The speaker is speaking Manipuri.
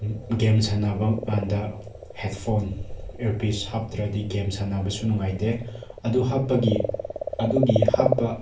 ꯒꯦꯝ ꯁꯥꯟꯅꯕꯀꯥꯟꯗ ꯍꯦꯠꯐꯣꯟ ꯏꯌꯔꯄꯤꯁ ꯍꯥꯞꯇ꯭ꯔꯗꯤ ꯒꯦꯝ ꯁꯥꯟꯅꯕꯁꯨ ꯅꯨꯡꯉꯥꯏꯇꯦ ꯑꯗꯨ ꯍꯥꯞꯄꯒꯤ ꯑꯗꯨꯒꯤ ꯍꯥꯞꯄ